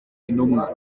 intumwa